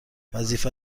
وظیفت